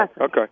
Okay